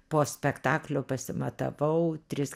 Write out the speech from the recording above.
po spektaklio pasimatavau tris